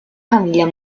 famiglia